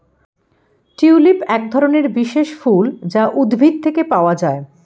tulip একধরনের বিশেষ ফুল যা উদ্ভিদ থেকে পাওয়া যায়